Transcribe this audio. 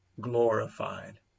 glorified